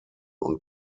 und